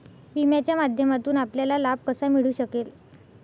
विम्याच्या माध्यमातून आपल्याला लाभ कसा मिळू शकेल?